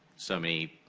so many